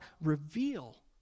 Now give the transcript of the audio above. reveal